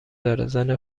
داره، زن